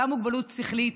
גם מוגבלות שכלית,